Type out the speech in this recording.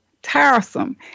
tiresome